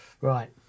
Right